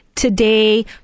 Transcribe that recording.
Today